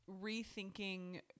rethinking